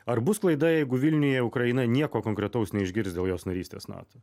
ar bus klaida jeigu vilniuje ukraina nieko konkretaus neišgirs dėl jos narystės nato